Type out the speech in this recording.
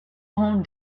own